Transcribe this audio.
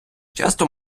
часто